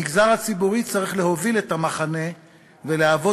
המגזר הציבורי צריך להוביל את המחנה ולהוות